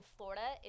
Florida